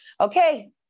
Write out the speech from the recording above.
okay